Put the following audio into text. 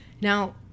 Now